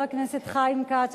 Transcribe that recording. חבר הכנסת חיים כץ,